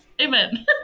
Amen